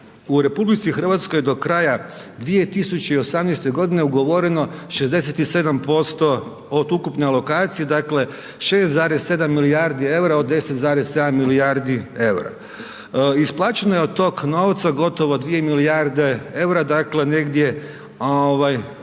stoga dakle u RH do kraja 2018. je ugovoreno 67% od ukupne alokacije, dakle 6,7 milijardi eura od 10,7 milijardi eura. Isplaćeno je od tog novca gotovo 2 milijarde eura, dakle negdje